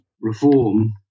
reform